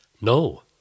No